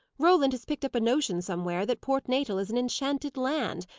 roland has picked up a notion somewhere that port natal is an enchanted land,